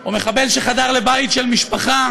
או מחבל שחדר לבית של משפחה